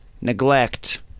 neglect